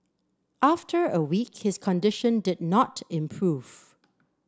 after a week his condition did not improve